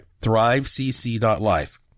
ThriveCC.life